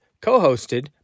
co-hosted